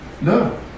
No